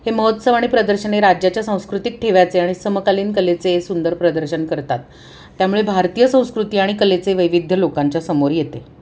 हे महोत्सव आणि प्रदर्शन हे राज्याच्या सांस्कृतिक ठेव्याचे आणि समकालीन कलेचे सुंदर प्रदर्शन करतात त्यामुळे भारतीय संस्कृती आणि कलेचे वैविध लोकांच्या समोर येते